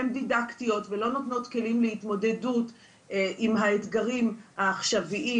הן דידקטיות ולא נותנות כלים להתמודדות עם האתגרים העכשוויים.